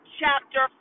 chapter